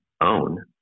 own